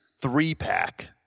three-pack